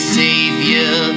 savior